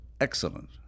excellent